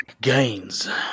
Gains